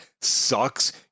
sucks